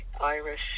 Irish